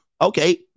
Okay